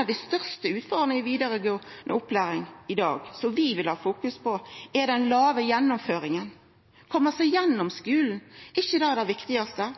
av dei største utfordringane i vidaregåande opplæring i dag, som vi vil ha fokus på, er den låge gjennomføringa. Å koma seg gjennom skulen, er ikkje det det viktigaste?